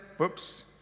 Oops